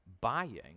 buying